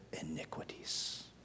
iniquities